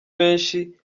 benshi